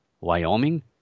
Wyoming